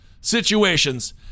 situations